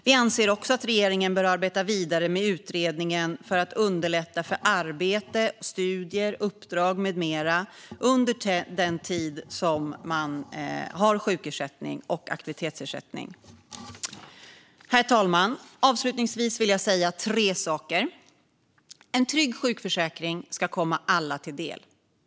Vi anser också att regeringen bör arbeta vidare med utredningen för att underlätta för arbete, studier, uppdrag med mera under den tid som man har sjukersättning och aktivitetsersättning. Herr talman! Avslutningsvis vill jag säga tre saker. För det första: En trygg sjukförsäkring ska komma alla till del.